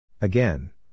Again